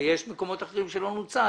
הרי יש מקומות אחרים שלא מנוצל.